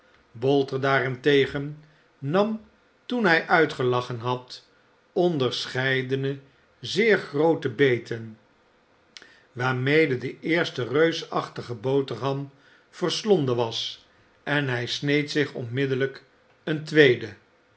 bo ter daarentegen nam toen hij uitgelachen had onderscheidene zeer groote beten waarmede de eerste reusachtige boterham verslonden was en hij sneed zich onmiddellijk eene tweede